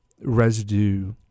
residue